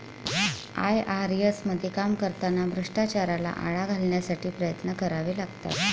IRS मध्ये काम करताना भ्रष्टाचाराला आळा घालण्यासाठी प्रयत्न करावे लागतात